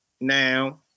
now